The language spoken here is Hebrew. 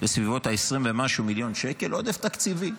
לסביבות 20 ומשהו מיליון שקל עודף תקציבי,